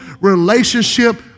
relationship